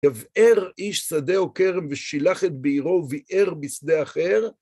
יבער איש שדה עוקר ושילח את בעירו וביער בשדה אחר